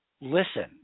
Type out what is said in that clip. Listen